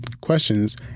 questions